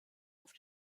auf